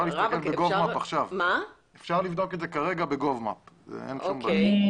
אפשר לבדוק ב-Gov mape עכשיו.